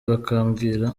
bakambwira